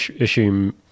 assume